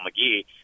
McGee